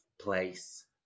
place